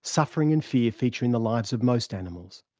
suffering and fear feature in the lives of most animals.